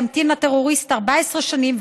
ימתין הטרוריסט 14 שנים,